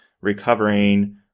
recovering